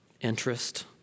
interest